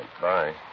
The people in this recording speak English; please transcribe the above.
Bye